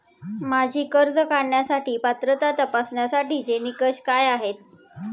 माझी कर्ज काढण्यासाठी पात्रता तपासण्यासाठीचे निकष काय आहेत?